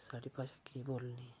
साढ़ी भाशा की बोलनी